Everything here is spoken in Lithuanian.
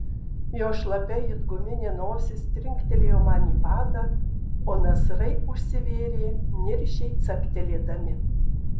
jo šlapia it guminė nosis trinktelėjo man į padą o nasrai užsivėrė niršiai caktelėdami